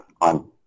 on